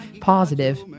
Positive